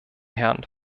herrn